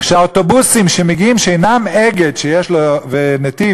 שהאוטובוסים שמגיעים ואינם של "אגד" "נתיב",